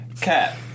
Cat